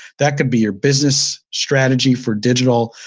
that could be your business strategy for digital.